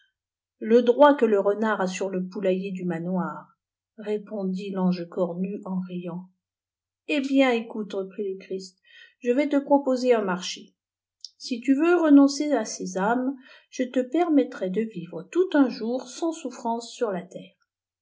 le droit que le renard a sur le poulailler du matioir répondit l'ange formule en riant hé bien écoute reprit le christ je vais te proposer un marché si tu veux renoncef à ces âmes je te permettrai de vivre toul un jour sans souffrance sur la terre